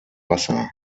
wasser